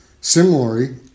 Similarly